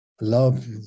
Love